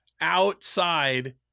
outside